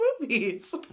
movies